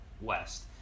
west